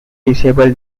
disable